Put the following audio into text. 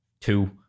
two